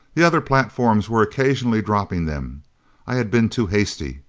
the other platforms were occasionally dropping them i had been too hasty,